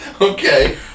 Okay